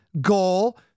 goal